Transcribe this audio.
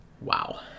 wow